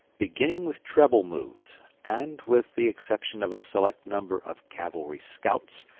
beginning with treble moves, and, with the exception of a select number of cavalry scouts,